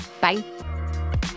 Bye